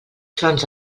trons